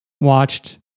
watched